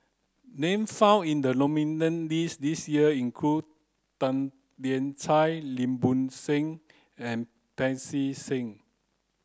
name found in the list this year include Tan Lian Chye Lim Bo Seng and Pancy Seng